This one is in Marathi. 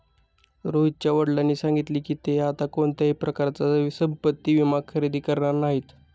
रोहितच्या वडिलांनी सांगितले की, ते आता कोणत्याही प्रकारचा संपत्ति विमा खरेदी करणार नाहीत